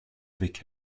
avec